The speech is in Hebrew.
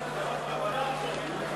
בעד ההסתייגות,